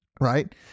right